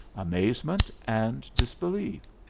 amazement, and disbelief.